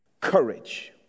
courage